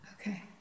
Okay